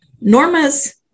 Norma's